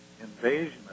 invasion